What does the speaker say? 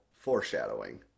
foreshadowing